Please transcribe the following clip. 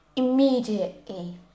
Immediately